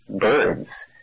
birds